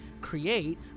create